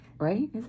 right